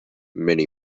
mini